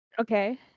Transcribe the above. Okay